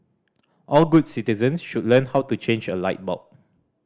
all good citizens should learn how to change a light bulb